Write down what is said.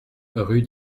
rue